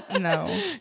no